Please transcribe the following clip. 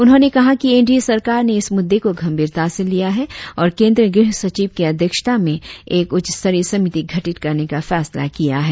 उन्होंने कहा कि एनडीए सरकार ने इस मुद्दे को गंभीरता से लिया है और केंद्रीय गृह सचिव की अध्यक्षता में एक उच्चस्तरीय समिति गठित करने का फैसला किया है